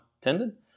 tendon